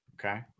Okay